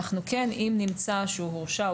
אם נמצא שהוא הורשע,